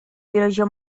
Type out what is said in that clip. biologia